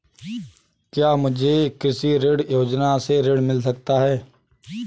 क्या मुझे कृषि ऋण योजना से ऋण मिल सकता है?